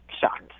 shocked